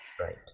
Right